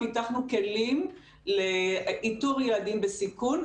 אנחנו גם פיתחנו כלים לאיתור ילדים בסיכון.